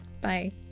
Bye